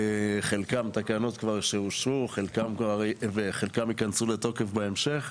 חלקן תקנות כבר שאושרו, וחלקן ייכנסו לתוקף בהמשך.